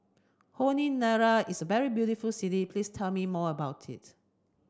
Honiara is a very beautiful city please tell me more about it